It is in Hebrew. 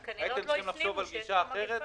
הם כנראה עוד לא הפנימו שיש מגפה.